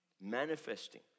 manifesting